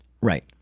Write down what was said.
Right